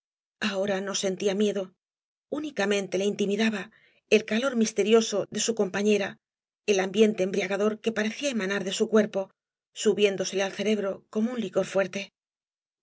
ahora no sentía miedo únicamente le intimidaba el calor misterioso de sa compañera el ambiente embriagador que parecía emanar de su cuerpo subiéndosele al cerebro como un licor fuerte